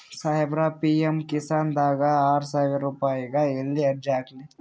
ಸಾಹೇಬರ, ಪಿ.ಎಮ್ ಕಿಸಾನ್ ದಾಗ ಆರಸಾವಿರ ರುಪಾಯಿಗ ಎಲ್ಲಿ ಅರ್ಜಿ ಹಾಕ್ಲಿ?